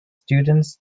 students